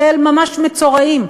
כאל ממש מצורעים,